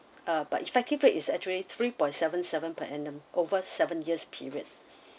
uh but effective rate is actually three point seven seven per annum over seven years period